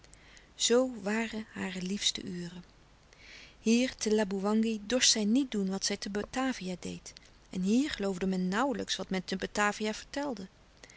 zoo waren hare liefste uren hier te laboewangi dorst zij niet doen louis couperus de stille kracht wat zij te batavia deed en hier geloofde men nauwlijks wat men te batavia vertelde